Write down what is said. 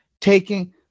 Taking